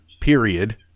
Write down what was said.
period